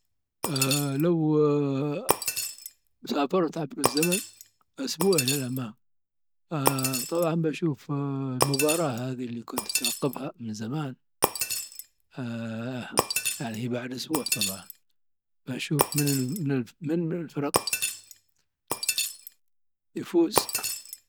أي ، لو سافرت عبر الزمن اسبوع الى الامام طبعا بنشوف المباراة اللي كنت اترقبها من زمان. هي بعد اسبوع طبعا. بشوف من من الفرق يفوز.